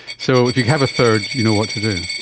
so if you have a third, you know what to do.